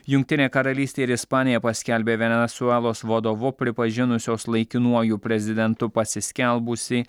jungtinė karalystė ir ispanija paskelbė venesuelos vadovu pripažinusios laikinuoju prezidentu pasiskelbusį